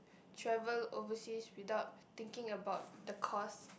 travel overseas without thinking about the cost